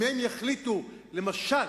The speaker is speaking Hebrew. אם הם יחליטו, למשל,